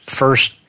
first